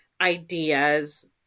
ideas